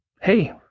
hey